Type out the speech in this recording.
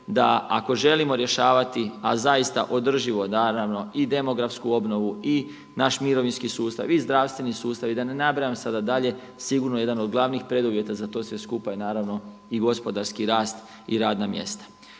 da ako želimo rješavati, a zaista održivo naravno i demografsku obnovu i naš mirovinski sustav, i zdravstveni sustav, i da ne nabrajam sada dalje, sigurno je jedan od glavnih preduvjeta za to sve skupa i naravno i gospodarski rast i radna mjesta.